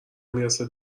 میرسه